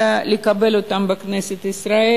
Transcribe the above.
לקבל אותם בכנסת ישראל.